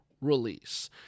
release